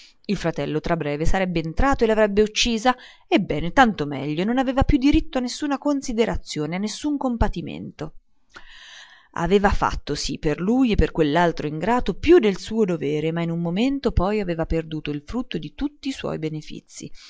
il fratello tra breve sarebbe entrato e l'avrebbe uccisa ebbene tanto meglio non aveva più diritto a nessuna considerazione a nessun compatimento aveva fatto sì per lui e per quell'altro ingrato più del suo dovere ma in un momento poi aveva perduto il frutto di tutti i suoi benefizi